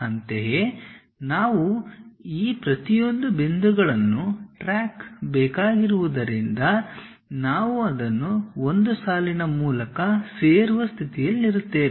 ಅಂತೆಯೇ ನಾವು ಈ ಪ್ರತಿಯೊಂದು ಬಿಂದುಗಳನ್ನು ಟ್ರ್ಯಾಕ್ ಬೇಕಾಗಿರುವುದರಿಂದ ನಾವು ಅದನ್ನು ಒಂದು ಸಾಲಿನ ಮೂಲಕ ಸೇರುವ ಸ್ಥಿತಿಯಲ್ಲಿರುತ್ತೇವೆ